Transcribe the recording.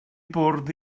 bwrdd